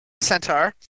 centaur